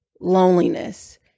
loneliness